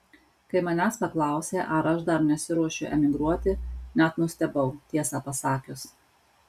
kai manęs paklausė ar aš dar nesiruošiu emigruoti net nustebau tiesą pasakius